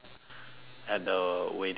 at the wading pool there